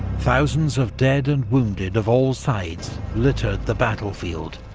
thousands of dead and wounded of all sides littered the battlefield,